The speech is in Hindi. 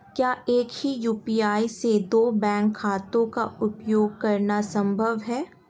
क्या एक ही यू.पी.आई से दो बैंक खातों का उपयोग करना संभव है?